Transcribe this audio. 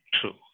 true